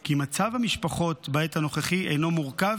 כי מצב המשפחות בעת הנוכחית הינו מורכב